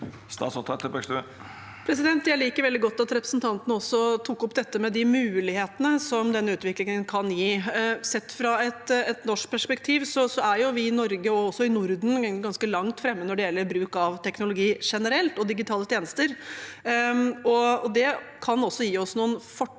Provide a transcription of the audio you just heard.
Jeg li- ker veldig godt at representanten også tok opp dette med de mulighetene som denne utviklingen kan gi. Sett fra et norsk perspektiv er vi i Norge og også i Norden ganske langt framme når det gjelder bruk av teknologi generelt og digitale tjenester. Det kan også gi oss noen fortrinn